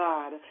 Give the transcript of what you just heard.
God